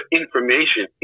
information